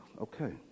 Okay